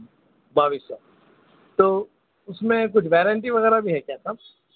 باٮٔیس سو تو اُس میں کچھ گارنٹی وغیرہ بھی ہے کیا صاحب